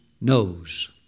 knows